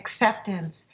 acceptance